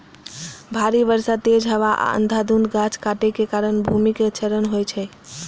भारी बर्षा, तेज हवा आ अंधाधुंध गाछ काटै के कारण भूमिक क्षरण होइ छै